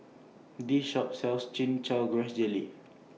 This Shop sells Chin Chow Grass Jelly